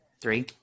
three